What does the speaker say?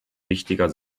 wichtiger